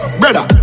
brother